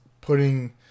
putting